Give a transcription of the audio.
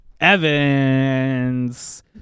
Evans